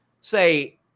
say